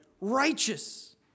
righteous